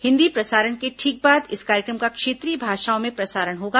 हिंदी प्रसारण के ठीक बाद इस कार्यक्रम का क्षेत्रीय भाषाओं में प्रसारण होगा